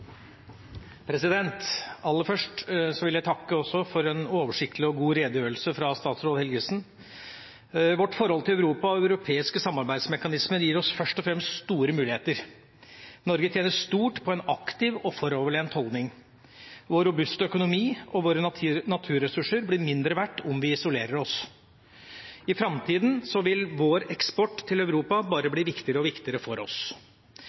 Aller først vil jeg også takke for en oversiktlig og god redegjørelse fra statsråd Helgesen. Vårt forhold til Europa og europeiske samarbeidsmekanismer gir oss først og fremst store muligheter. Norge tjener stort på en aktiv og foroverlent holdning. Vår robuste økonomi og våre naturressurser blir mindre verdt om vi isolerer oss. I framtida vil vår eksport til Europa bare bli viktigere og viktigere for oss.